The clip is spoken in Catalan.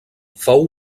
fou